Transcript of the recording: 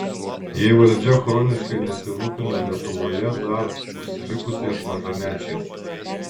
jei valdžia chroniškai nesirūpina lietuvoje dar užsilikusiais mažamečiais